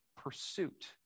pursuit